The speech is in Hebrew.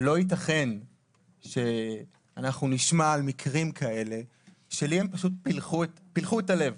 ולא יתכן שאנחנו נשמע על מקרים כאלה שלי הם פשוט פילחו את הלב.